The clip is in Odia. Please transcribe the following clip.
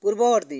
ପୂର୍ବବର୍ତ୍ତୀ